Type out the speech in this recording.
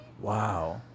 Wow